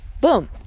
Boom